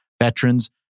veterans